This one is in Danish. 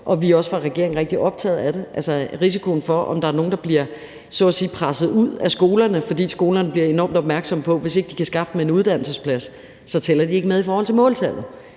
og vi er fra regeringens side også rigtig optaget af det – altså risikoen for, om der er nogle, der så at sige bliver presset ud af skolerne, fordi skolerne bliver enormt opmærksomme på, at de, hvis de ikke kan skaffe dem en uddannelsesplads, så ikke tæller med i forhold til måltallet.